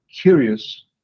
curious